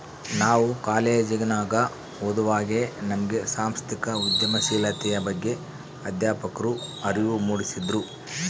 ನಾವು ಕಾಲೇಜಿನಗ ಓದುವಾಗೆ ನಮ್ಗೆ ಸಾಂಸ್ಥಿಕ ಉದ್ಯಮಶೀಲತೆಯ ಬಗ್ಗೆ ಅಧ್ಯಾಪಕ್ರು ಅರಿವು ಮೂಡಿಸಿದ್ರು